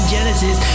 Genesis